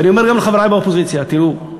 ואני אומר גם לחברי באופוזיציה: תראו,